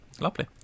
Lovely